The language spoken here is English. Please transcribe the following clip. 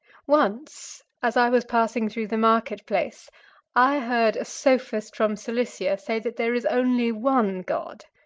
once as i was passing through the market place i heard a sophist from cilicia say that there is only one god.